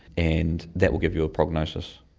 and that will give you a prognosis.